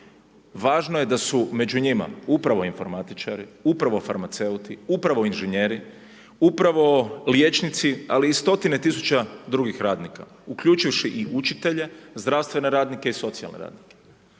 Važno je da su među njima upravo informatičari, upravo farmaceuti, upravo inženjeri, upravo liječnici, ali i stotine tisuća drugih radnika, uključivši i učitelje, zdravstvene radnike i socijalne radnike.